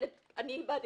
מתחננת אני איבדתי.